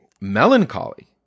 Melancholy